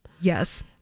Yes